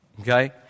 okay